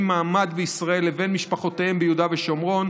מעמד בישראל לבין משפחותיהם ביהודה ושומרון,